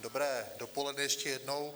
Dobré dopoledne ještě jednou.